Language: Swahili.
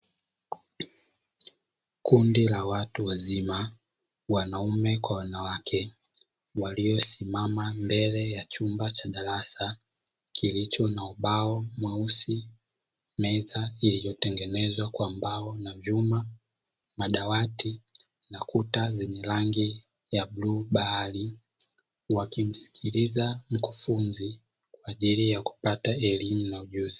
Kundi la watu wazima wanaume kwa wanawake waliosimama mbele ya chumba cha darasa kilicho na ubao mweusi, meza iliyotengenezwa kwa mbao na nyuma ya dawati kuna kuta zenye rangi ya bluu bahari wakimsikiliza mkufunzi kwa ajiri ya kupata ujuzi.